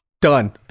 done